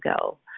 go